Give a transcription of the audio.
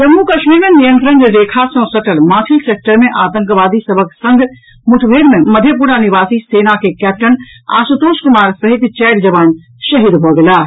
जम्मू कश्मीर मे नियंत्रण रेखा सँ सटल माछिल सेक्टर मे आतंकवादी सभक संग मुठभेड़ मे मधेपुरा निवासी सेना के कैप्टन आशुतोष कुमार सहित चारि जवान शहीद भऽ गेलाह